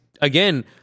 again